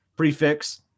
prefix